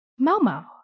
Momo